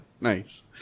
nice